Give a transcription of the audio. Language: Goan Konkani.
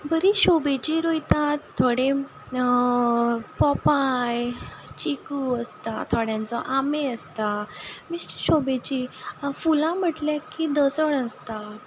बरीं शोभेचीं रोयतात थोडे पोपाय चिकू आसता थोड्यांचो आंबे आसता बिश्टीं शोभेचीं फुलां म्हटल्यार की दसण आसता